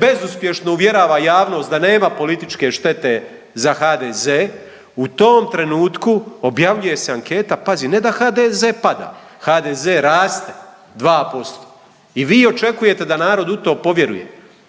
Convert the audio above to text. bezuspješno uvjerava javnost da nema političke štete za HDZ u tom trenutku objavljuje se anketa, pazi, ne da HDZ pada, HDZ raste 2% i vi očekujete da narod u to povjeruje,